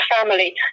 family